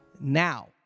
now